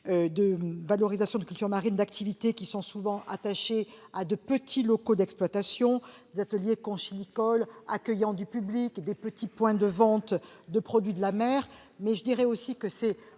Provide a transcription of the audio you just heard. de valorisation de cultures marines, des activités qui sont souvent attachées à de petits locaux d'exploitation : ateliers conchylicoles accueillant du public, points de vente réduits de produits de la mer,